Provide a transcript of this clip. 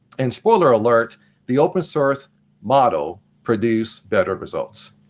and spoiler alert the open source model produced better results.